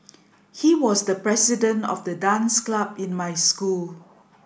he was the president of the dance club in my school